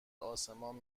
آسمان